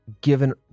given